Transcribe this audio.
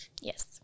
Yes